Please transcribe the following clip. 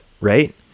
right